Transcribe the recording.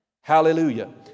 Hallelujah